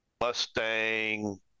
Mustang